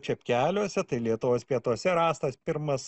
čepkeliuose tai lietuvos pietuose rastas pirmas